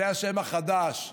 זה השם החדש.